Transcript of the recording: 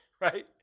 Right